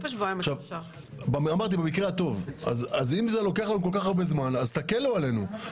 אז אם זה לוקח כל כך הרבה זמן תקלו עלינו.